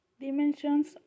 dimensions